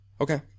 Okay